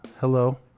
hello